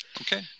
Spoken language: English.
Okay